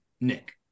Nick